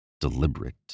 deliberate